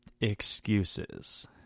Excuses